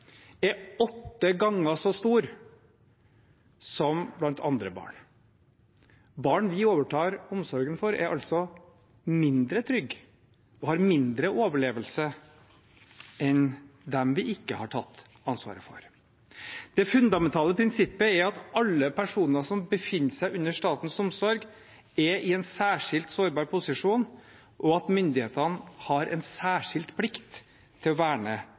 er åtte ganger så høyt som blant andre barn. Barn vi overtar omsorgen for, er altså mindre trygge og har mindre overlevelse enn dem vi ikke har tatt ansvaret for. Det fundamentale prinsippet er at alle personer som befinner seg under statens omsorg, er i en særskilt sårbar posisjon, og at myndighetene har en særskilt plikt til å verne